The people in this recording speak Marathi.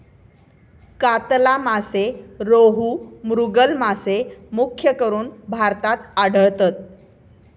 कातला मासे, रोहू, मृगल मासे मुख्यकरून भारतात आढळतत